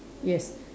yes